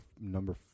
number